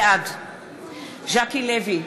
בעד ז'קי לוי,